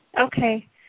Okay